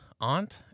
aunt